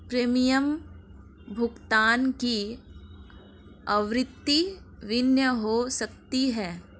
premium भुगतान की आवृत्ति भिन्न हो सकती है